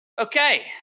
Okay